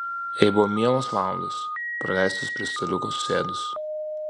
jai buvo mielos valandos praleistos prie staliuko susėdus